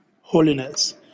holiness